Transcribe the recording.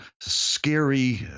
scary